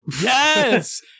Yes